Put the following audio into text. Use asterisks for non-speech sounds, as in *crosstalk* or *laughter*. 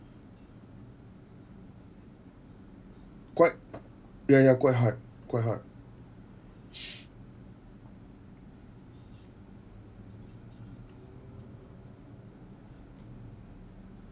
quite ya ya quite hard quite hard *breath*